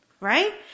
right